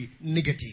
negative